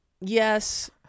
yes